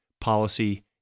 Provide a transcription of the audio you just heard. policy